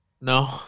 No